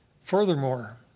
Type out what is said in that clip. Furthermore